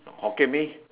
Hokkien Mee